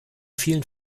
vielen